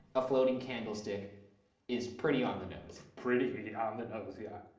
a floating candlestick is pretty on the nose. pretty on the nose, yeah.